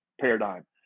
paradigm